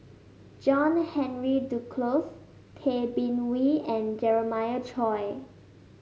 John Henry Duclos Tay Bin Wee and Jeremiah Choy